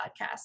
podcast